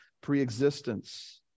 preexistence